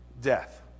death